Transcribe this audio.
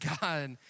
God